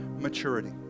maturity